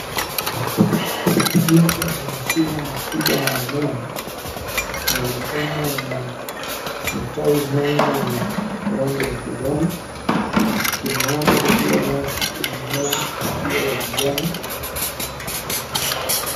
Mti una mashina makubwa na manene. Yaonekana yenye matawi mengi yenye rangi ya kijani. Chini yake kukiwa nyasi imemea ikiwa ya kijani